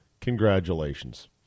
Congratulations